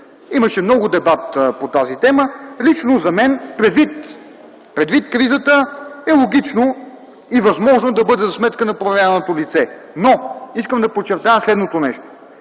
Имаше много дебати по тази тема. Лично за мен, предвид кризата, е логично и възможно да бъде за сметка на проверяваното лице. Но искам да подчертая следното нещо